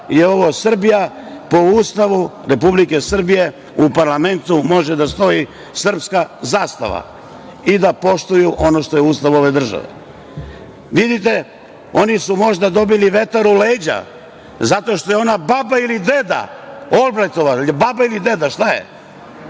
je ovo Srbija po Ustavu Republike Srbije. U parlamentu može da stoji srpska zastava i da poštuju ono što je Ustav ove države. Vidite, oni su možda dobili vetar u leđa zato što je ona baba ili deda, Olbrajtova, jel je baba ili deda, šta je?